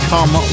Come